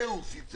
כאוס ייצא מזה.